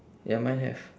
ya mine have